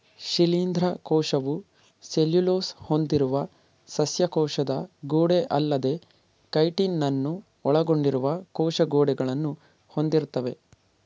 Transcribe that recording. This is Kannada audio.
ಶಿಲೀಂಧ್ರ ಕೋಶವು ಸೆಲ್ಯುಲೋಸ್ ಹೊಂದಿರುವ ಸಸ್ಯ ಕೋಶದ ಗೋಡೆಅಲ್ಲದೇ ಕೈಟಿನನ್ನು ಒಳಗೊಂಡಿರುವ ಕೋಶ ಗೋಡೆಗಳನ್ನು ಹೊಂದಿರ್ತವೆ